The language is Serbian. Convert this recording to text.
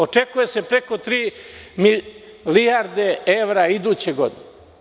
Očekuje se preko tri milijarde evra iduće godine.